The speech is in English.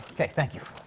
okay, thank you